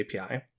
API